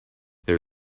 there